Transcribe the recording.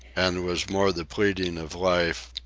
and was more the pleading of life,